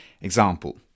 Example